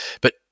but-